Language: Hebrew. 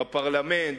בפרלמנט,